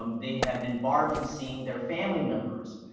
um they have been barred from seeing their family members.